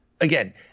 again